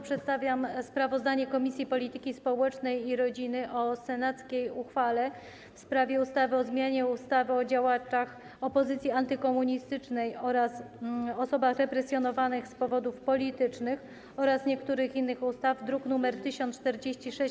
Przedstawiam sprawozdanie Komisji Polityki Społecznej i Rodziny o senackiej uchwale w sprawie ustawy o zmianie ustawy o działaczach opozycji antykomunistycznej oraz osobach represjonowanych z powodów politycznych oraz niektórych innych ustaw, druk nr 1046.